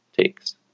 takes